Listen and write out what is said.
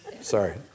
Sorry